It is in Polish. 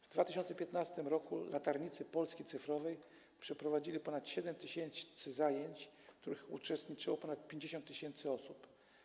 W 2015 r. latarnicy Polski cyfrowej przeprowadzili ponad 7 tys. zajęć, w których uczestniczyło ponad 50 tys. osób.